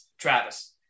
Travis